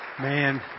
Man